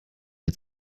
wir